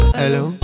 hello